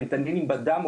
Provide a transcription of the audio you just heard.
פנטניל בדם,